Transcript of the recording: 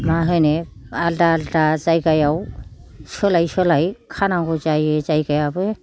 मा होनो आलादा आलादा जायगायाव सोलाय सोलाय खानांगौ जायो जायगायाबो